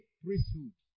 priesthood